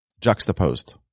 juxtaposed